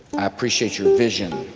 i appreciate your vision.